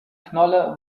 knolle